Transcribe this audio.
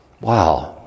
Wow